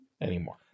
anymore